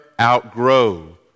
outgrow